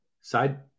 side